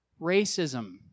racism